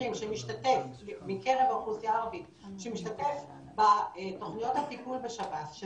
אסירים מקרב האוכלוסייה הערבית שמשתתף בתוכניות הטיפול בשב"ס,